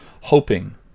hoping